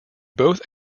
both